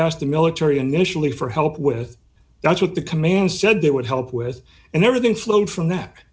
asked the military initially for help with that's what the command said they would help with and everything flowed from that